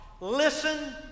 Listen